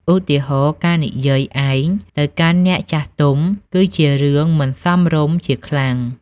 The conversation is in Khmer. ឧទាហរណ៍ ការនិយាយ ឯង ទៅកាន់អ្នកចាស់ទុំ គឺជារឿងមិនសមរម្យជាខ្លាំង។